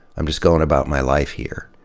i'm just going about my life here.